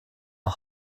are